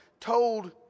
told